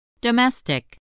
Domestic